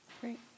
Great